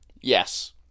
yes